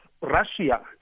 Russia